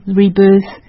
rebirth